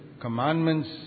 commandments